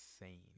insane